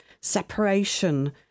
separation